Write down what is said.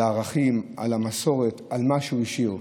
על הערכים, על המסורת, על מה שהוא השאיר.